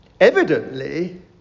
evidently